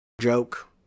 joke